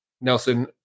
Nelson